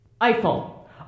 Eiffel